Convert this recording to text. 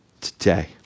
today